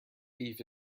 beef